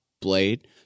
blade